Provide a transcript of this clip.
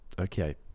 Okay